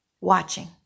watching